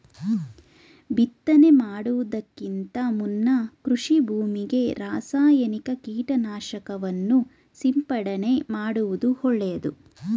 ಬಿತ್ತನೆ ಮಾಡುವುದಕ್ಕಿಂತ ಮುನ್ನ ಕೃಷಿ ಭೂಮಿಗೆ ರಾಸಾಯನಿಕ ಕೀಟನಾಶಕವನ್ನು ಸಿಂಪಡಣೆ ಮಾಡುವುದು ಒಳ್ಳೆದು